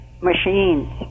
Machines